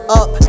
up